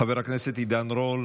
חבר הכנסת עידן רול,